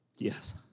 Yes